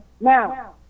Now